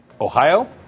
Ohio